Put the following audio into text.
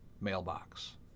mailbox